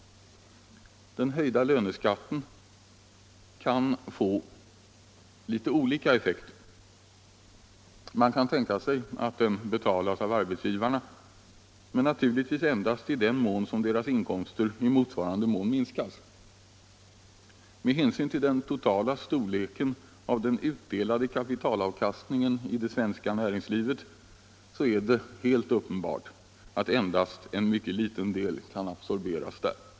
Den höjda löneskatten kan få litet olika effekter. Man kan tänka sig att den betalas av arbetsgivarna, men naturligtvis endast i den mån som deras inkomster i motsvarande mån minskar. Med hänsyn till den totala storleken av den utdelade kapitalavkastningen i det svenska näringslivet är det helt uppenbart att endast en mycket liten del kan absorberas där.